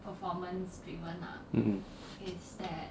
mm mm